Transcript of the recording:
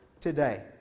today